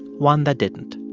one that didn't.